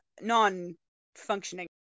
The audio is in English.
non-functioning